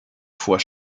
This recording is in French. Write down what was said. fois